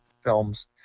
Films